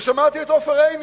ושמעתי את עופר עיני,